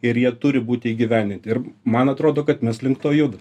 ir jie turi būti įgyvendinti ir man atrodo kad mes link to judam